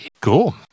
Cool